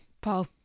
Paul